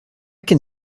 can